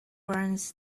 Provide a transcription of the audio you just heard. runs